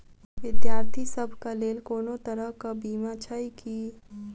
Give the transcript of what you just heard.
विद्यार्थी सभक लेल कोनो तरह कऽ बीमा छई की?